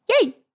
Yay